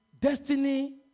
destiny